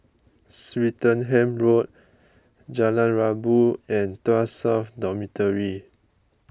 Swettenham Road Jalan Rabu and Tuas South Dormitory